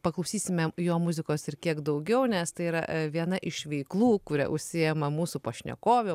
paklausysime jo muzikos ir kiek daugiau nes tai yra viena iš veiklų kuria užsiima mūsų pašnekovė